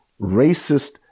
racist